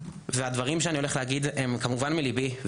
והדברים שאני הולך להגיד הם כמובן מליבי,